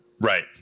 Right